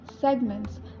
segments